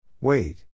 Wait